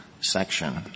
section